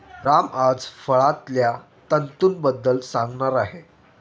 राम आज फळांतल्या तंतूंबद्दल सांगणार आहे